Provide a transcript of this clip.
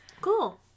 Cool